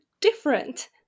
different